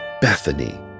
Bethany